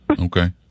okay